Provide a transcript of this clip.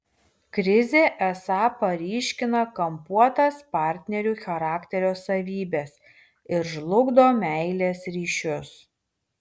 krizė esą paryškina kampuotas partnerių charakterio savybes ir žlugdo meilės ryšius